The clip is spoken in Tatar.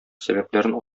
сәбәпләрен